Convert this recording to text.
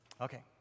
Okay